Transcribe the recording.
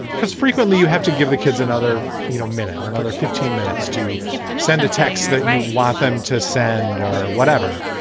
because frequently you have to give the kids another you know minute or another fifteen minutes to and send a text that they want them to send or whatever.